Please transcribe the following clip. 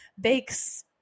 bakes